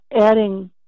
adding